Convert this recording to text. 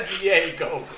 Diego